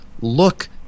look